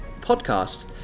Podcast